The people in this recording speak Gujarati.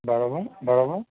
બરાબર બરાબર